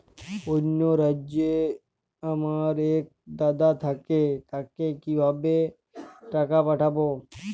অন্য রাজ্যে আমার এক দাদা থাকে তাকে কিভাবে টাকা পাঠাবো?